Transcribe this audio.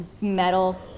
metal